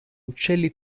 uccelli